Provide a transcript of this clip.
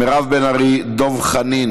מירב בן ארי, דב חנין,